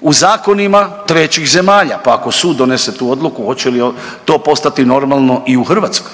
u zakonima trećih zemalja, pa ako sud donese tu odluku hoće li to postati normalno i u Hrvatskoj?